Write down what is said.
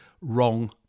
wrong